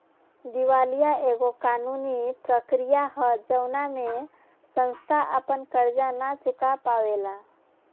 दिवालीया एगो कानूनी प्रक्रिया ह जवना में संस्था आपन कर्जा ना चूका पावेला